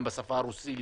גם בשפה הרוסית,